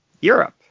europe